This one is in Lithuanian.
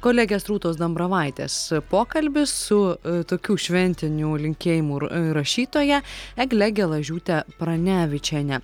kolegės rūtos dambravaitės pokalbis su tokių šventinių linkėjimų rašytoja egle gelažiūte pranevičiene